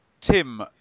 Tim